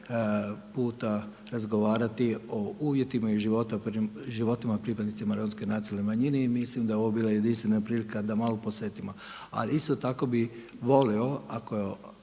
puta razgovarati o uvjetima i životima pripadnicima Romske nacionalne manjine i mislim da je ovo bila jedinstvena prilika da malo posvetimo. Ali isto tako bi volio ako